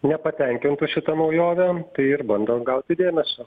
nepatenkintų šita naujove tai ir bando gauti dėmesio